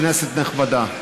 כנסת נכבדה,